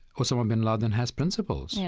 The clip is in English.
osama bin laden has principles. yeah